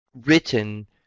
written